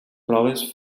proves